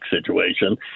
situation